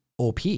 OP